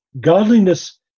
godliness